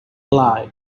lie